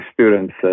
students